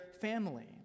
family